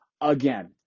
again